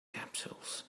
capsules